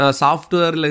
software